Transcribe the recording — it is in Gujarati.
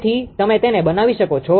તેથી તમે તેને બનાવી શકો છો